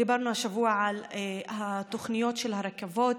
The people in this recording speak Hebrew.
דיברנו השבוע על התוכניות של הרכבות